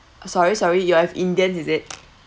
uh sorry sorry you have indian is it